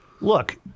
look